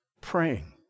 praying